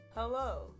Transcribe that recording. Hello